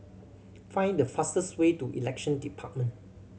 find the fastest way to Election Department